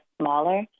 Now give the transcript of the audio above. smaller